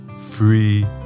Free